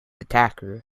attacker